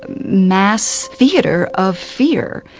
ah mass theatre of fear.